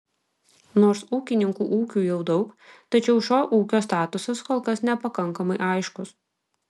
nors ūkininkų ūkių jau daug tačiau šio ūkio statusas kol kas nepakankamai aiškus